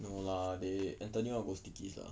no lah they anthony want to go Stickies lah